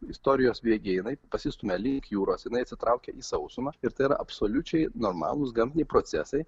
istorijos bėgyje jinai pasistumia lyg jūros jinai atsitraukia į sausumą ir tai yra absoliučiai normalūs gamtiniai procesai